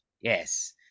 Yes